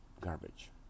garbage